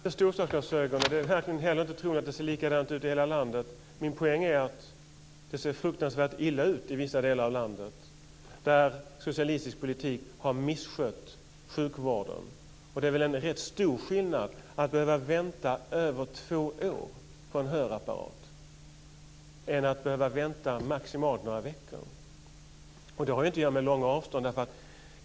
Fru talman! Jag använder inte storstadsglasögon. Jag tror inte heller att det ser likadant ut i hela landet. Min poäng är att det ser fruktansvärt illa ut i vissa delar av landet där socialistisk politik har misskött sjukvården. Det är ändå rätt stor skillnad mellan att behöva vänta över två år på en hörapparat och att behöva vänta maximalt några veckor. Det har inte med långa avstånd att göra.